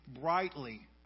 brightly